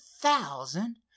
thousand